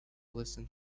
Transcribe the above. listen